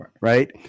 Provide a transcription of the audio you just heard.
right